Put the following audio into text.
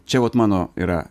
čia vat mano yra